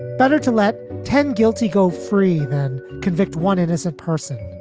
better to let ten guilty go free than convict one. it is a person.